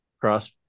cross